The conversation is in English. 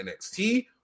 NXT